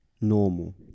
normal